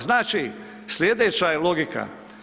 Znači, slijedeća je logika.